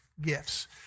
gifts